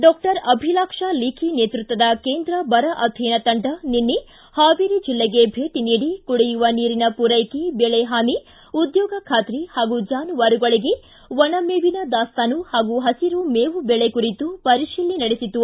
doctor Abhilaksha Likhi ನೇತೃತ್ವದ ಕೇಂದ್ರ ಬರ ಅಧ್ಯಯನ ತಂಡ ನಿನ್ನೆ ಹಾವೇರಿ ಜಿಲ್ಲೆಗೆ ಭೇಟಿ ನೀಡಿ ಕುಡಿಯುವ ನೀರಿನ ಪೂರೈಕೆ ಬೆಳೆಹಾನಿ ಉದ್ಯೋಗ ಖಾತ್ರಿ ಹಾಗೂ ಜಾನುವಾರುಗಳಿಗೆ ಒಣ ಮೇವಿನ ದಾಸ್ತಾನು ಹಾಗೂ ಹಸಿರು ಮೇವು ಬೆಳೆ ಕುರಿತು ಪರಿಶೀಲನೆ ನಡೆಸಿತು